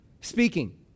speaking